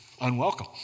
unwelcome